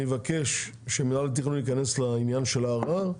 אני מבקש שמינהל התכנון ייכנס לעניין של הערער,